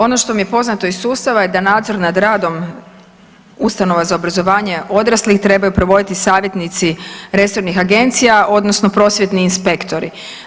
Ono što mi je poznato iz sustava je da je nadzor nad radom ustanova za obrazovanje odraslih trebaju provoditi savjetnici resornih agencija odnosno prosvjetni inspektori.